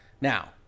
now